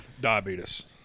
Diabetes